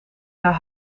naar